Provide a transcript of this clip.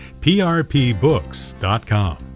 prpbooks.com